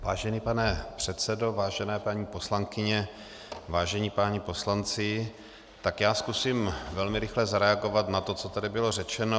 Vážený pane předsedo, vážené paní poslankyně, vážení páni poslanci, zkusím velmi rychle zareagovat na to, co tady bylo řečeno.